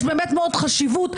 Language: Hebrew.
יש חשיבות לזה,